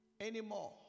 anymore